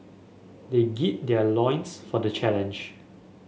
they gird their loins for the challenge